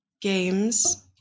games